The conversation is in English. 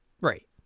Right